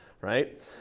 right